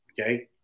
Okay